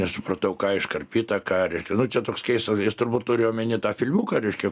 nesupratau ką iškarpytą ką reiškia nu čia toks keistas jis turbūt turi omeny tą filmuką reiškia